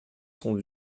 sont